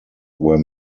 were